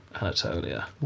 Anatolia